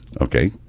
okay